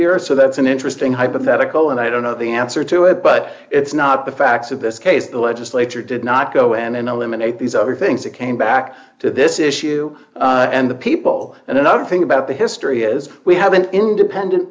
here so that's an interesting hypothetical and i don't know the answer to it but it's not the facts of this case the legislature did not go in and eliminate these other things that came back to this issue and the people another thing about the history is we have an independent